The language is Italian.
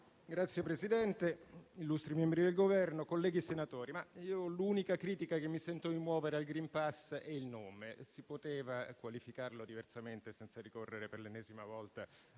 Signor Presidente, illustri membri del Governo, colleghi senatori, l'unica critica che mi sento di muovere al *green pass* è il nome: si poteva qualificarlo diversamente, senza ricorrere per l'ennesima volta